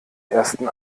ersten